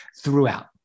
throughout